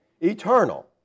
Eternal